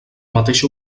mateixa